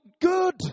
good